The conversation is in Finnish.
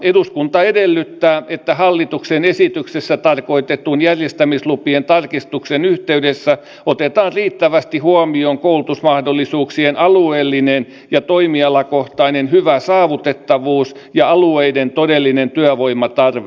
eduskunta edellyttää että hallituksen esityksessä tarkoitetun järjestämislupien tarkistuksen yhteydessä otetaan riittävästi huomioon koulutusmahdollisuuksien alueellinen ja toimialakohtainen hyvä saavutettavuus ja alueiden todellinen työvoimatarve